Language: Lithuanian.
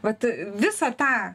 vat visą tą